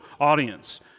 audience